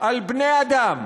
על בני-אדם,